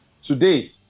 Today